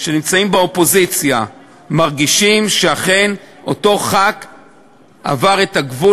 שנמצאים באופוזיציה מרגישים שאכן אותו חבר כנסת